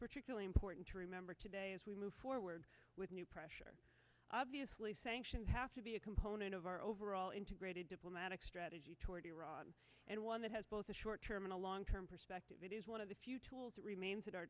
particularly important to remember today as we move forward with new pressure obviously sanctions have to be a component of our overall integrated diplomatic strategy toward iran and one that has both a short term and a long term perspective it is one of the few tools that remains at our